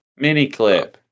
Miniclip